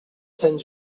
sant